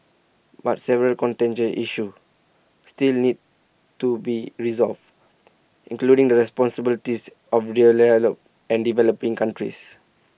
but several contentious issues still need to be resolved including the responsibilities of and developing countries